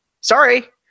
Sorry